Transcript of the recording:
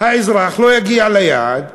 האזרח לא יגיע ליעד?